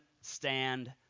stand